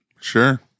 Sure